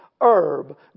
herb